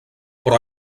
però